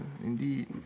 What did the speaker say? indeed